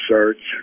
Search